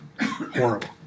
Horrible